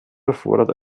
erfordert